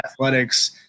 athletics